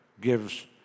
gives